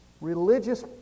religious